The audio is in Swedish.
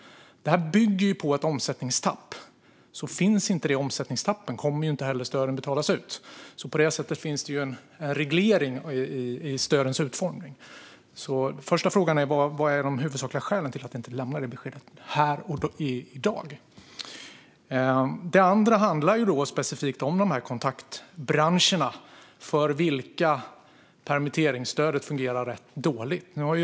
Det här bygger ju på ett omsättningstapp. Finns inte omsättningstappet kommer inte heller stödet att betalas ut. På det sättet finns det en reglering i stödens utformning. Den första frågan är alltså: Vilka är de huvudsakliga skälen till att ni inte lämnar det beskedet här i dag? Den andra handlar specifikt om kontaktbranscherna, för vilka permitteringsstödet fungerar rätt dåligt.